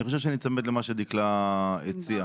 אני חושב שניצמד למה שדקלה הציעה.